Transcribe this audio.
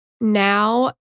now